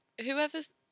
whoever's